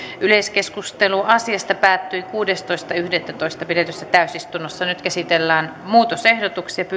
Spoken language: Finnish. yleiskeskustelu asiasta päättyi kuudestoista yhdettätoista kaksituhattakuusitoista pidetyssä täysistunnossa nyt käsitellään muutosehdotukset